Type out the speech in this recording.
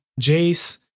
Jace